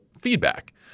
feedback